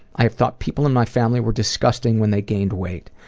i have thought people in my family were disgusting when they gained weight.